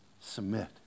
submit